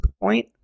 point